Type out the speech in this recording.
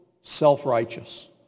self-righteous